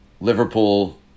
Liverpool